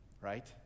right